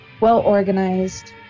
well-organized